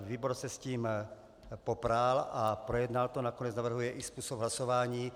Výbor se s tím popral a projednal to, nakonec navrhuje i způsob hlasování.